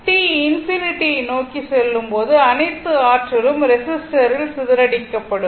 t ∞ யை நோக்கி செல்லும் போது அனைத்து ஆற்றலும் ரெஸிஸ்டரில் சிதறடிக்கப்படும்